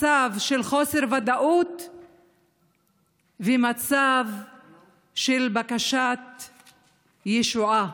מצב של חוסר ודאות ומצב של בקשת ישועה.